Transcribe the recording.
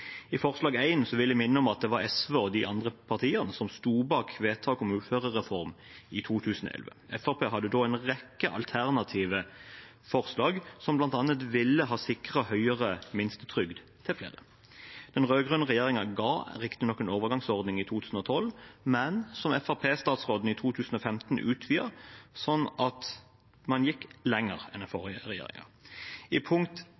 forslag nr. 1 vil jeg minne om at det var SV og de andre partiene som sto bak vedtaket om uførereform i 2011. Fremskrittspartiet hadde da en rekke alternative forslag som bl.a. ville ha sikret høyere minstetrygd til flere. Den rød-grønne regjeringen ga riktignok en overgangsordning i 2012, som Fremskrittsparti-statsråden i 2015 utvidet, slik at man gikk lenger enn den